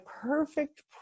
perfect